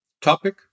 topic